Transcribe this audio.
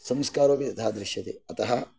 संस्कारोपि तथा दृश्यते अतः